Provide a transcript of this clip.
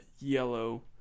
yellow